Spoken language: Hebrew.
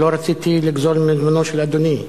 ולא רציתי לגזול מזמנו של אדוני.